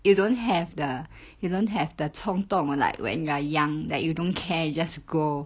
you don't have the you don't have the 冲动 like when you are young that you don't care just go